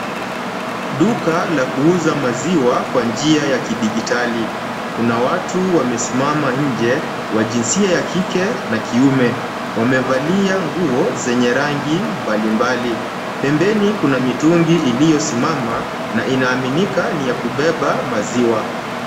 Duka la kuuza maziwa kwa njia ya kidijitali. Kuna watu wamesimama nje wa jinsia ya kike na kiume. Wamevalia nguo zenye rangi mbalimbali. Pembeni kuna mitungi iliyosimama na inaaminika ni ya kubeba maziwa.